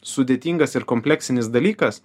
sudėtingas ir kompleksinis dalykas